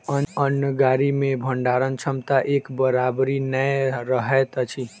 अन्न गाड़ी मे भंडारण क्षमता एक बराबरि नै रहैत अछि